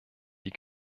die